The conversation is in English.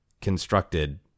constructed